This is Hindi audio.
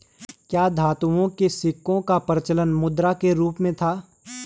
क्या धातुओं के सिक्कों का प्रचलन मुद्रा के रूप में था?